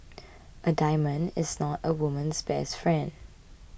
a diamond is not a woman's best friend